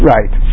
Right